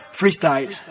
freestyle